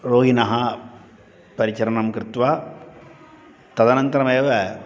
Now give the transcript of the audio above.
रोगिणः परिचरणं कृत्वा तदनन्तरमेव